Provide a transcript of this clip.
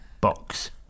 box